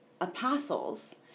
apostles